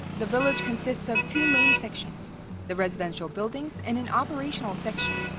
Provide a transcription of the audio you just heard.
the village consists of two main sections the residential buildings and an operational section,